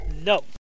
No